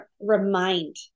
remind